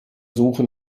suche